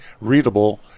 readable